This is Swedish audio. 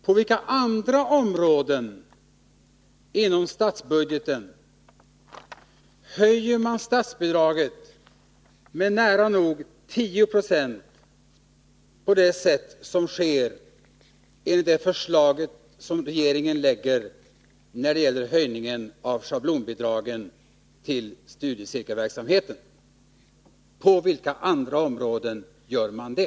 På vilka andra områden inom statsbudgeten höjer man statsbidraget med nära nog 10 96, som sker enligt det förslag som regeringen framlagt om en höjning av schablonbidragen till studiecirkelverksamheten? På vilka andra områden gör man det?